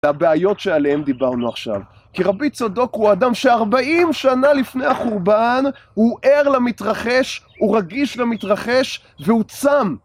הבעיות שעליהם דיברנו עכשיו, כי רבי צדוק הוא אדם שארבעים שנה לפני החורבן הוא ער למתרחש, הוא רגיש למתרחש, והוא צם